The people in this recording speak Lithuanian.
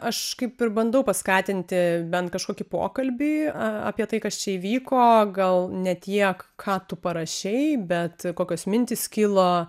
aš kaip ir bandau paskatinti bent kažkokį pokalbį apie tai kas čia įvyko gal ne tiek ką tu parašei bet kokios mintys kylo